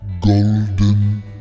Golden